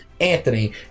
anthony